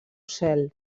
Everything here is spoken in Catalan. cel